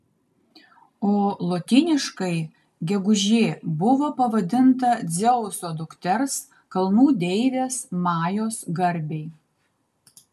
o lotyniškai gegužė buvo pavadinta dzeuso dukters kalnų deivės majos garbei